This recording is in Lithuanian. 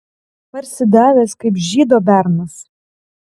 parsidavęs kaip žydo bernas